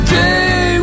day